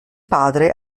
padre